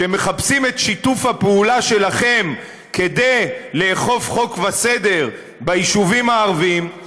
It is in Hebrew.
שמחפשים את שיתוף הפעולה שלכם כדי לאכוף חוק וסדר ביישובים הערביים,